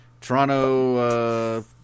Toronto